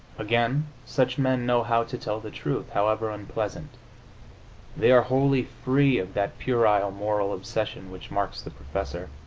again, such men know how to tell the truth, however unpleasant they are wholly free of that puerile moral obsession which marks the professor.